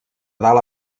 dalt